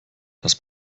das